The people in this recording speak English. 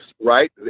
right